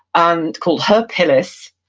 and called herpyllis,